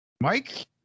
Mike